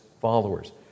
followers